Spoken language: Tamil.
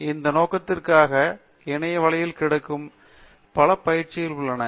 அந்த நோக்கத்திற்காக இணைய வலையில் கிடைக்கும் பல பயிற்சிகள் உள்ளன